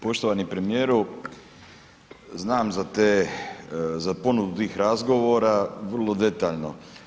Poštovani premijeru znam za te, za ponudu tih razgovora vrlo detaljno.